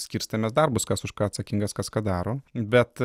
skirstėmės darbus kas už ką atsakingas kas ką daro bet